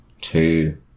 two